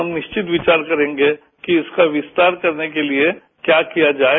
हम निश्चित विचार करेंगे कि इसका विस्तार करने के लिये क्या किया जाये